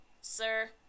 sir